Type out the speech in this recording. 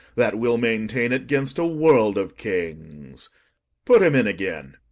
that will maintain it gainst a world of kings put him in again.